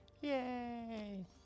Yay